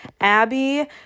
Abby